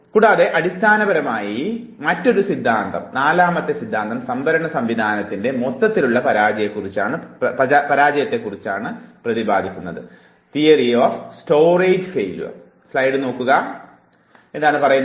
കൂടാതെ അടിസ്ഥാനപരമായി നാലാമത്തെ സിദ്ധാന്തം സംഭരണ സംവിധാനത്തിൻറെ മൊത്തത്തിലുള്ള പരാജയത്തെക്കുറിച്ചാണ് പ്രതിപാദിക്കുന്നത്